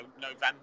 November